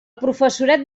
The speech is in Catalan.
professorat